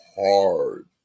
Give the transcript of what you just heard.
hard